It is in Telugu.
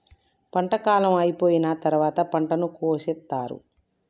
పంట కాలం అయిపోయిన తరువాత పంటను కోసేత్తారు